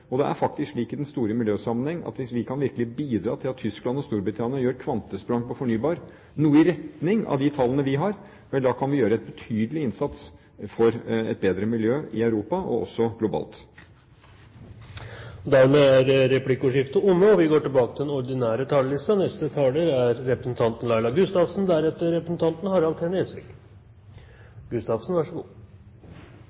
Det er faktisk slik i den store miljøsammenheng at hvis vi virkelig kan bidra til at Tyskland og Storbritannia gjør kvantesprang når det gjelder fornybar, noe i retning av de tallene vi har, vel, da kan vi gjøre en betydelig innsats for et bedre miljø i Europa og også globalt. Dermed er replikkordskiftet omme. Vi kan vel i denne salen være enige om at det er